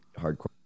hardcore